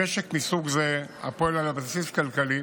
במשק מסוג זה, הפועל על בסיס כלכלי,